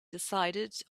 decided